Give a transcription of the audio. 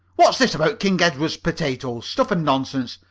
what's this about king edward potatoes? stuff and nonsense!